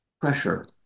pressure